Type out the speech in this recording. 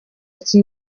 iki